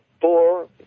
four